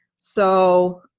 so.